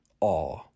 awe